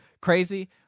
crazy